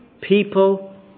people